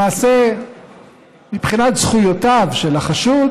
למעשה מבחינת זכויותיו של החשוד